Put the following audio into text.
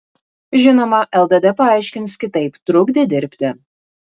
žinoma lddp aiškins kitaip trukdė dirbti